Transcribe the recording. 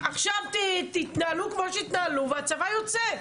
עכשיו תתנהלו כמו שתתנהלו והצבא יוצא.